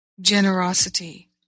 Generosity